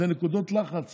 זה נקודות לחץ